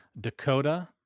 Dakota